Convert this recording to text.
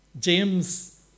James